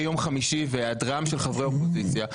יום חמישי והיעדרם שלך חברי אופוזיציה,